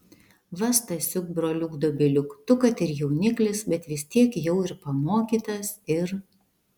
va stasiuk broliuk dobiliuk tu kad ir jauniklis bet vis tiek jau ir pamokytas ir